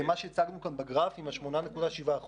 מה שהצגנו כאן בגרף עם ה-8.7%